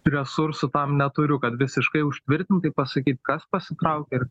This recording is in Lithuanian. resursų tam neturiu kad visiškai užtvirtintai pasakyt kas pasitraukia ir